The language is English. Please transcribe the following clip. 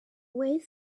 ways